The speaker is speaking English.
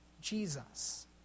Jesus